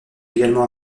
également